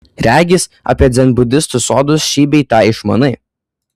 regis apie dzenbudistų sodus šį bei tą išmanai